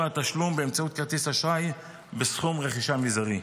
התשלום באמצעות כרטיס אשראי בסכום רכישה מזערי.